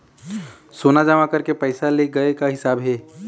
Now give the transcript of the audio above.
सोना जमा करके पैसा ले गए का हिसाब हे?